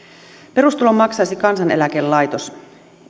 perustulon maksaisi kansaneläkelaitos